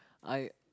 I